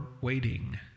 waiting